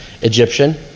Egyptian